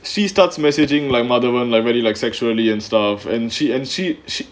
she starts messaging like madhavan like really like sexually and stuff and she and she she